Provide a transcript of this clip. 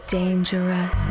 dangerous